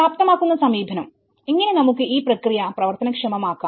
പ്രാപ്തമാക്കുന്ന സമീപനം എങ്ങനെ നമുക്ക് ഈ പ്രക്രിയ പ്രവർത്തനക്ഷമമാക്കാം